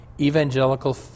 Evangelical